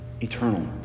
eternal